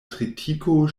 tritiko